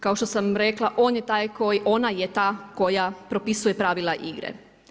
Kao što sam rekla on je taj koji, ona je ta koja propisuje pravila igre.